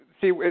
See